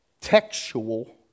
textual